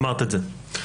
אמרת את זה,